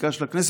חקיקה של הכנסת.